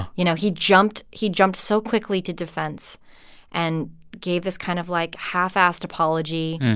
you know, he jumped he jumped so quickly to defense and gave this kind of, like, half-assed apology.